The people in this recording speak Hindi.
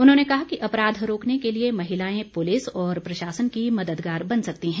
उन्होंने कहा कि अपराध रोकने के लिए महिलाएं पुलिस और प्रशासन की मददगार बन सकती हैं